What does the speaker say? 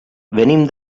venim